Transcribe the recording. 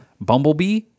bumblebee